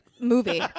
movie